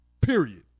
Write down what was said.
Period